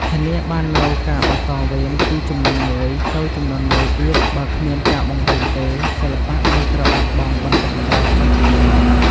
ធានាបាននូវការបន្តវេនពីជំនាន់មួយទៅជំនាន់មួយទៀត បើគ្មានការបង្រៀនទេ សិល្បៈនឹងត្រូវបាត់បង់បន្តិចម្តងៗ។